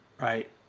right